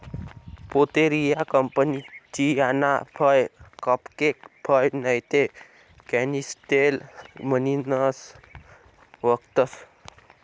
Pouteria campechiana फय cupcake फय नैते कॅनिस्टेल म्हणीसन वयखतंस